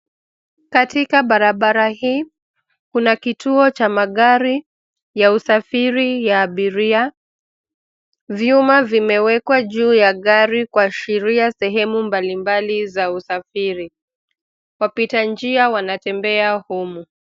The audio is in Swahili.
Katika barabara hii, kuna kituo cha magari ya usafiri ya abiria. Vyuma vimewekwa juu ya gari kuashiria sehemu mbali mbali za usafiri. Wapita njia wanatembea humu.